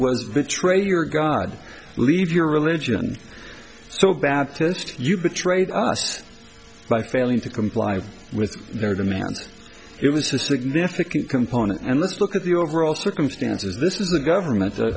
your god leave your religion so baptist you betrayed us by failing to comply with their demands it was a significant component and let's look at the overall circumstances this is the government